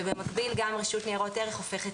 ובמקביל גם רשות ניירות ערך הופכת